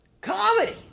Comedy